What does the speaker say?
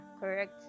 correct